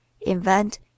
invent